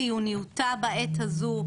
חיוניותה בעת הזו,